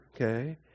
okay